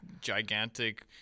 gigantic